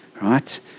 Right